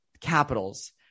capitals